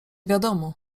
wiadomo